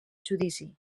judici